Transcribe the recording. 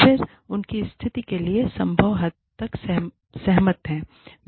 फिर उनकी स्थिति के लिए संभव हद तक सहमत हैं